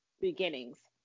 beginnings